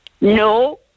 No